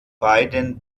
beiden